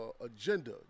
agenda